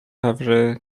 every